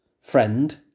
friend